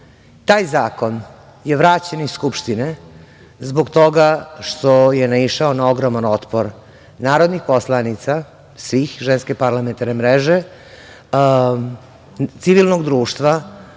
Taj zakon je vraćen iz Skupštine zbog toga što je naišao na ogroman otpor narodnih poslanica svih Ženske parlamentarne mreže, civilnog društva,